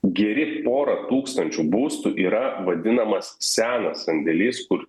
geri pora tūkstančių būstų yra vadinamas senas sandėlys kur